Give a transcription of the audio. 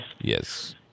Yes